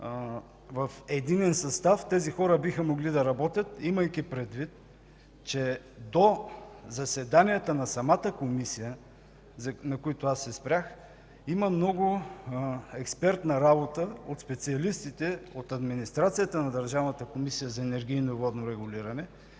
в единен състав тези хора биха могли да работят, имайки предвид, че до заседанията на самата Комисия, на които аз се спрях, има много експертна работа от специалистите, от администрацията на Държавната комисия за енергийно и водно регулиране.